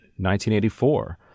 1984